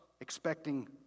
expecting